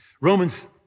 Romans